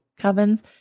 Covens